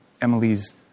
Emily's